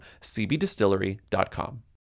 cbdistillery.com